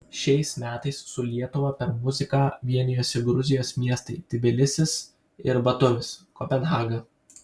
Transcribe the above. šiais metais su lietuva per muziką vienijosi gruzijos miestai tbilisis ir batumis kopenhaga